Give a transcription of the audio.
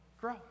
grow